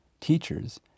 teachers